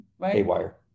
haywire